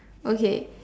okay